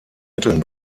mitteln